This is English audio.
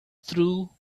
through